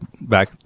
back